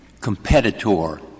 competitor